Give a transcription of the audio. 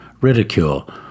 ridicule